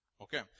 Okay